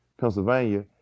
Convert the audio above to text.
Pennsylvania